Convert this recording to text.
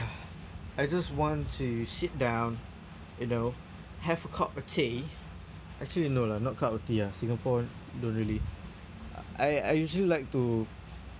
I just want to sit down you know have a cup of tea actually no lah not cup of tea ah Singapore don't really I I usually like to